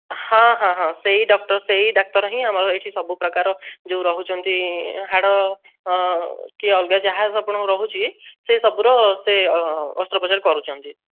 ହଁ ହଁ ହଁ ସେହି ଡକ୍ଟର୍ ସେହି ଡାକ୍ତର ହିଁ ଆମର ଏଠି ସବୁ ପ୍ରକାର ଯେଉଁ ରହୁଛନ୍ତି ହାଡ଼ କି ଅଲଗା ଯାହା ଆପଣଙ୍କୁ ରହୁଛି ସେ ସବୁର ସେ ଅସ୍ତ୍ରୋପ୍ରଚାର କରୁଛନ୍ତି